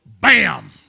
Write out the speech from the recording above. Bam